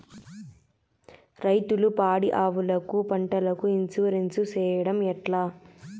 రైతులు పాడి ఆవులకు, పంటలకు, ఇన్సూరెన్సు సేయడం ఎట్లా?